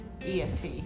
EFT